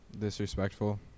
disrespectful